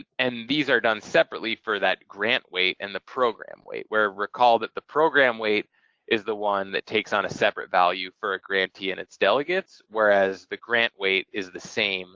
and these are done separately for that grant weight and the program weight, where recall that the program weight is the one that takes on a separate value for a grantee and its delegates, whereas the grant weight is the same